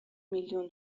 میلیون